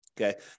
Okay